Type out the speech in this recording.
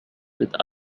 with